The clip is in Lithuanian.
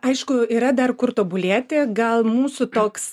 aišku yra dar kur tobulėti gal mūsų toks